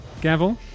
Gavel